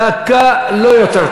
דקה, לא יותר.